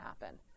happen